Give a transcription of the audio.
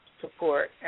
support